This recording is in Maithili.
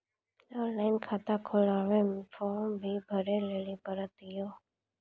ऑनलाइन खाता खोलवे मे फोर्म भी भरे लेली पड़त यो?